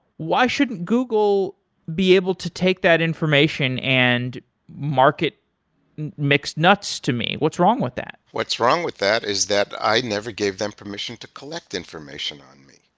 why shouldn't google be able to take that information and market mixed nuts to me? what's wrong with that? what's wrong with that is that i never gave them permission to collect information on me.